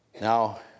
Now